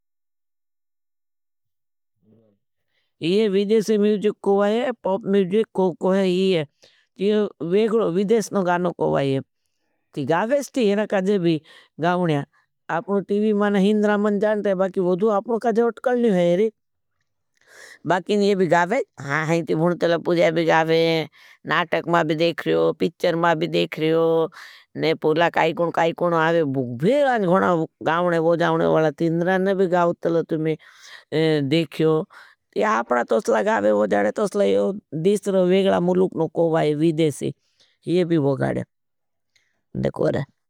विदेश मीजिक कोई है, पॉप मीजिक कोई है, वेगलो विदेश न गानो कोई है। ती गावेश ती है न कज़े भी गावने है। आपनो टिवी मान, हिंदरा मन जान रहे हैं। बाखि वोधु, आपनो कज़े उठकल नि हैं। बाखीन ये भी गावें हाँ, हैं ती भूनतलपुझय भी गावें नाठक मां भी देख रियो पिछल मां भी देख रियो नेपूरला काई कोण काई कोण आवे भेलाँ गौना गावने भो जावने वळतींड्रान्न भी गावतलतुमी देख रियो ती आपना तोस्ला गावे जाड़े तोस्ला यो दीसर वेगला मुलुक नो कोबाई वीदेसी ये भी बोगाड़े निको रहा है।